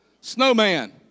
Snowman